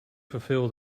fulfil